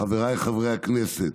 חבריי חברי הכנסת,